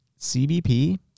CBP